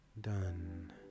done